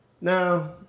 Now